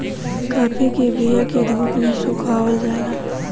काफी के बिया के धूप में सुखावल जाला